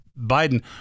Biden